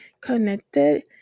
connected